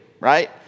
right